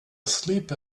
asleep